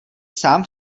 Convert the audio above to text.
sám